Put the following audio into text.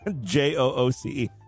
j-o-o-c